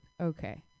Okay